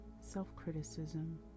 self-criticism